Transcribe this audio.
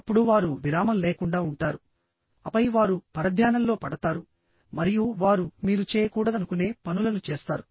అప్పుడు వారు విరామం లేకుండా ఉంటారు ఆపై వారు పరధ్యానంలో పడతారు మరియు వారు మీరు చేయకూడదనుకునే పనులను చేస్తారు